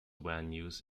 venues